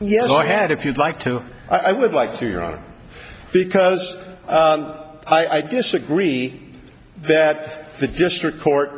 yes go ahead if you'd like to i would like to your honor because i disagree that the district court